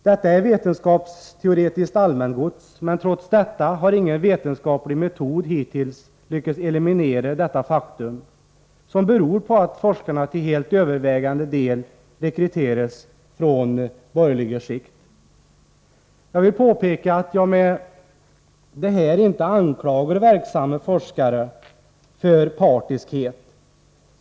Detta är vetenskapsteoretiskt allmängods, men trots detta har ingen vetenskaplig metod hittills lyckats eliminera detta faktum, som beror på att forskarna till helt övervägande del rekryteras från borgerliga skikt. Jag vill påpeka att jag med det här inte anklagar verksamma forskare för partiskhet.